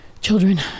children